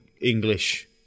English